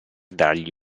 dargli